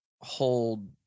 Hold